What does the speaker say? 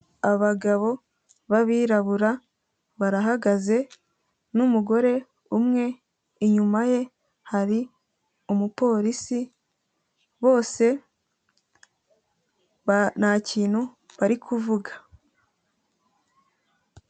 Abagabo b'abirabura barahagaze, n'umugore umwe, inyuma ye hari umuporisi, bose nta kintu bari kuvuga.